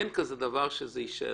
אין דבר כזה שזה יישאר,